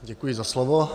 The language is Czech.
Děkuji za slovo.